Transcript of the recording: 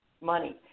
money